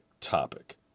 topic